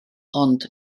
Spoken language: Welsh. ond